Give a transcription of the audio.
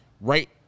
right